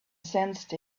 sensed